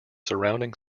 surrounding